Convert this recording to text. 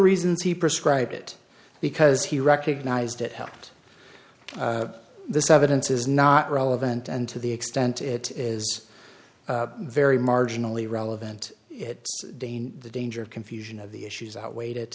reasons he prescribed it because he recognized it helped this evidence is not relevant and to the extent it is very marginally relevant it dayne the danger of confusion of the issues outweight it